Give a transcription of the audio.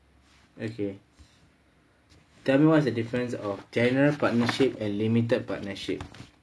okay tell me what's the difference of general partnership and limited partnership